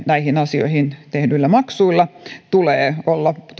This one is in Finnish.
näihin asioihin tehdyillä maksuilla joiden tulee olla